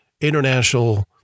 international